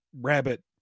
rabbit